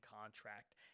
contract